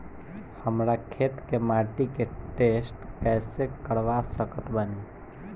हमरा खेत के माटी के टेस्ट कैसे करवा सकत बानी?